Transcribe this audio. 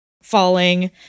falling